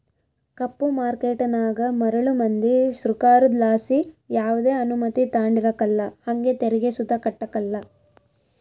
ಕಪ್ಪು ಮಾರ್ಕೇಟನಾಗ ಮರುಳು ಮಂದಿ ಸೃಕಾರುದ್ಲಾಸಿ ಯಾವ್ದೆ ಅನುಮತಿ ತಾಂಡಿರಕಲ್ಲ ಹಂಗೆ ತೆರಿಗೆ ಸುತ ಕಟ್ಟಕಲ್ಲ